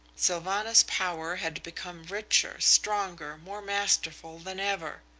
sylvanus power had become richer, stronger, more masterful than ever.